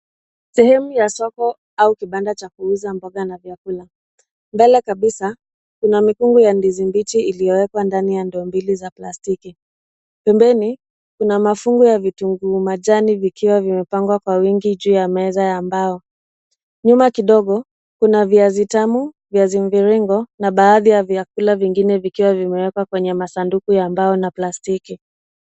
Sehemu ya soko au kibanda cha kuuza mboga na vyakula. Mbele kabisa kuna mkungu ya ndizi mbichi uliowekwa ndani ya ndoo mbili za plastiki. Pembeni, kuna mafungo ya vitunguu majani vikiwa vimepangwa Kwa wingi juu ya meza ya mbao. Nyuma kidogo, kuna viazi tamu, viazi mviringo na baadhi ya vyakula vingine vikiwa vimewekwa kwenye masanduku ya mbao na plastiki.